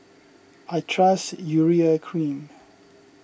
I trust Urea Cream